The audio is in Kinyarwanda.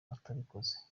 atabikoze